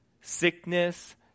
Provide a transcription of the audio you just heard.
sickness